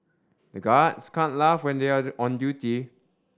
the guards can't laugh when they are on duty